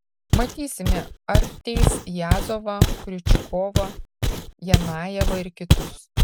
matysime ar teis jazovą kriučkovą janajevą ir kitus